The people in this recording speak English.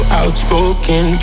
outspoken